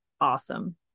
awesome